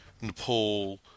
Nepal